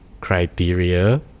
criteria